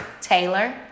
Taylor